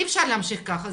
אי אפשר להמשיך ככה,